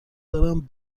دارند